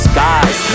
Skies